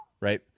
right